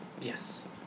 Yes